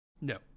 No